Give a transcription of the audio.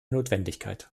notwendigkeit